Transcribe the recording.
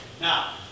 Now